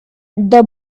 the